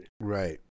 Right